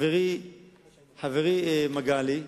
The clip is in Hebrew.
חברי מגלי,